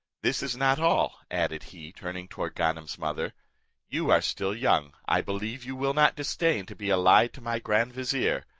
this is not all, added he, turning towards ganem's mother you are still young, i believe you will not disdain to be allied to my grand vizier,